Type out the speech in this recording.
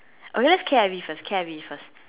okay let's K_I_V first K_I_V first